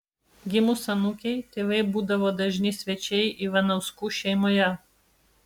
gimus anūkei tėvai būdavo dažni svečiai ivanauskų šeimoje